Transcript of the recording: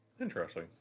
Interesting